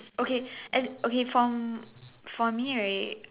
okay and okay for for me right